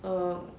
um